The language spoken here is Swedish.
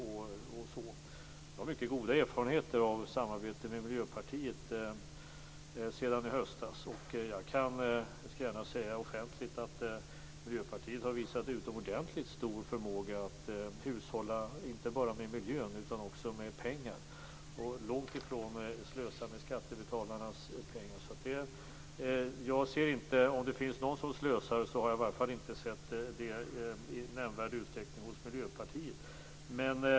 Jag har mycket goda erfarenheter av samarbetet med Miljöpartiet sedan i höstas. Jag kan gärna säga offentligt att Miljöpartiet har visat utomordentligt stor förmåga att hushålla inte bara med miljön utan också med pengar och att långtifrån slösa med skattebetalarnas pengar. Om det finns någon som slösar har jag i varje fall inte sett det i nämnvärd utsträckning hos Miljöpartiet.